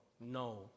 No